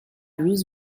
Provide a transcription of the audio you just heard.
روز